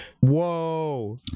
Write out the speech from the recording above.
Whoa